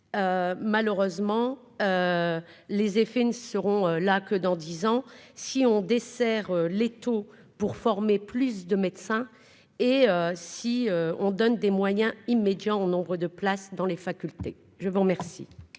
malheureusement, les effets ne seront là que dans 10 ans si on desserre l'étau pour former plus de médecins, et si on donne des moyens immédiats en nombre de places dans les facultés, je vous remercie.